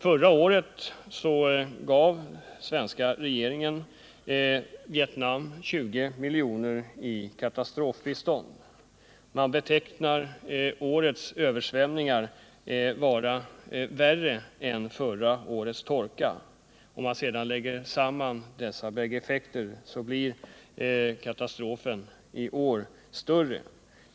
Förra året gav svenska regeringen Vietnam 20 milj.kr. i katastrofbistånd. Man betecknar årets översvämningar som en värre katastrof än förra årets torka. Lägger man sedan samman dessa båda effekter blir katastrofen i år således större.